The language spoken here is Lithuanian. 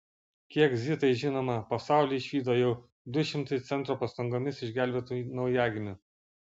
kiek zitai žinoma pasaulį išvydo jau du šimtai centro pastangomis išgelbėtų naujagimių